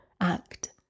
act